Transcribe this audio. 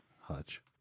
Hutch